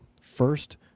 First